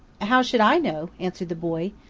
how should i know? answered the boy.